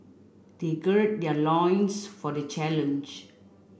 they gird their loins for the challenge